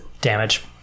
damage